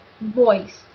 voice